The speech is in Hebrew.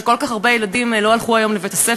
כשכל כך הרבה ילדים לא הלכו היום לבית-הספר,